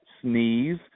sneeze